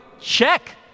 check